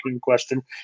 question